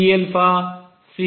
C Cnn होगा